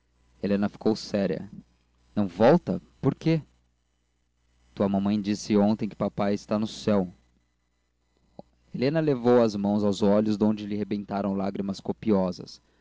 helena ficou séria não volta por quê tua mamãe disse ontem que papai está no céu helena levou as mãos aos olhos donde lhe rebentaram lágrimas copiosas